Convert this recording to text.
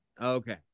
Okay